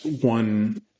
one